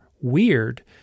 weird